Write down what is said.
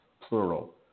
plural